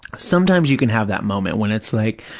sometimes you can have that moment when it's like,